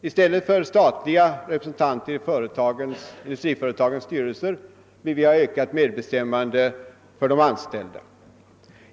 I stället för statliga representanter i industriföretagens styrelser vill vi ha ökat medbestämmande för de anställda.